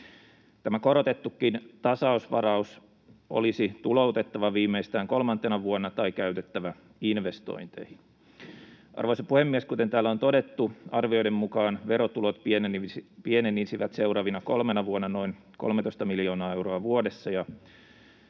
Tämä korotettukin tasausvaraus olisi tuloutettava viimeistään kolmantena vuonna tai käytettävä investointeihin. Arvoisa puhemies! Kuten täällä on todettu, arvioiden mukaan verotulot pienenisivät seuraavina kolmena vuonna noin 13 miljoonaa euroa vuodessa